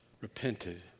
repented